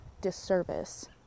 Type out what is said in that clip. disservice